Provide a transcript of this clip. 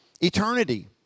eternity